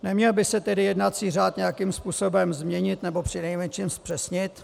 Neměl by se tedy jednací řád nějakým způsobem změnit nebo přinejmenším zpřesnit?